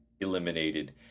eliminated